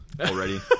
already